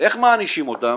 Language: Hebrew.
איך מענישים אותם?